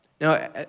Now